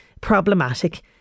problematic